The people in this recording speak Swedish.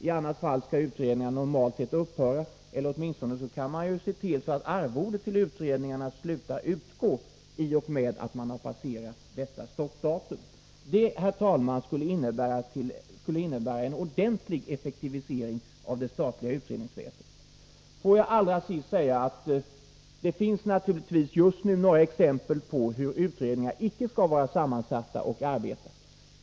I annat fall skall utredningarna normalt sett upphöra — eller åtminstone kan man se till att arvodena till utredningsledamöterna slutar utgå i och med att detta stoppdatum passerats. Det skulle, herr talman, innebära en ordentlig effektivisering av det statliga utredningsväsendet. Får jag allra sist säga, att det naturligtvis just nu finns några exempel på hur utredningar icke skall vara sammansatta och arbeta.